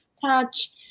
touch